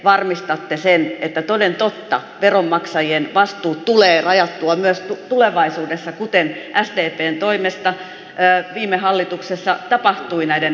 miten varmistatte sen että toden totta veronmaksajien vastuut tulee rajattua myös tulevaisuudessa kuten sdpn toimesta viime hallituksessa tapahtui näiden vakuuksien suhteen